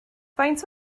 faint